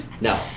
No